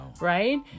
right